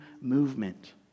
movement